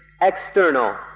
external